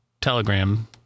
Telegram